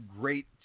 great